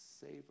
savor